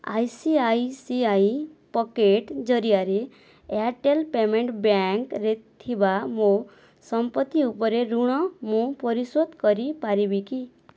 I C I C I pocket ଜରିଆରେ Airtel payment ବ୍ୟାଙ୍କରେ ଥିବା ମୋ ସମ୍ପତ୍ତି ଉପରେ ଋଣ ମୁଁ ପରିଶୋଧ କରିପାରିବି କି